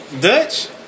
Dutch